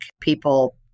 people